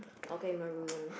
okay maroon